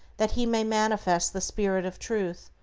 that he may manifest the spirit of truth,